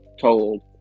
told